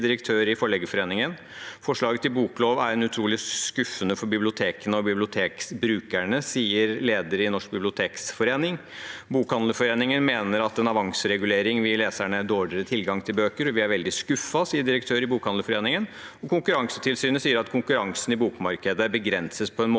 sier direktøren i Forleggerforeningen. «Forslaget til boklov er utrolig skuffende for bibliotekene og bibliotekbrukerne», sier lederen i Norsk Bibliotekforening. Bokhandlerforeningen mener at en avanseregulering vil gi leserne dårligere tilgang til bøker, og de er veldig skuffet. Konkurransetilsynet sier at konkurransen i bokmarkedet begrenses på en måte